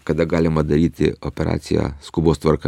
kada galima daryti operaciją skubos tvarka